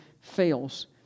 fails